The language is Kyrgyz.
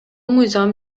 мыйзам